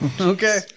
Okay